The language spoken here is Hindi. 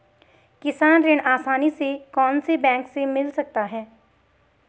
किसान ऋण आसानी से कौनसे बैंक से मिल सकता है?